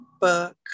book